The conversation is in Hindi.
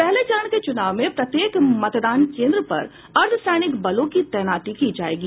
पहले चरण के चुनाव में प्रत्येक मतदान केंद्र पर अर्द्वसैनिक बलों की तैनाती की जायेगी